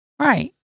Right